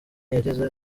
yageze